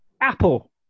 Apple